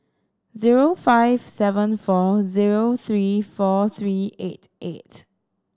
zero five seven four zero three four three eight eight